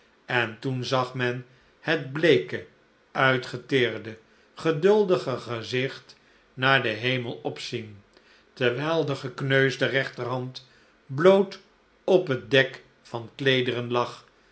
en toen zag men het bleeke uitgeteerde geduldige gezicht naar den hemel opzien terwijl de gekneusde rechterhand bloot op het dek van kleederen lag